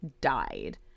died